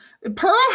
Pearl